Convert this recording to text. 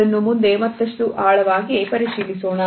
ಇದನ್ನು ಮುಂದೆ ಮತ್ತಷ್ಟು ಆಳವಾಗಿ ಪರಿಶೀಲಿಸೋಣ